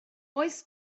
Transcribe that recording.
oes